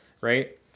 right